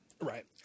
Right